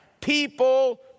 people